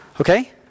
Okay